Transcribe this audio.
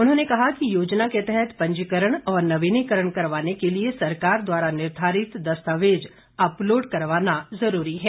उन्होंने कहा कि योजना के तहत पंजीकरण और नवीनीकरण करवाने के लिए सरकार द्वारा निर्धारित दस्तावेज अपलोड करवाना जरूरी है